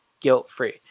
guilt-free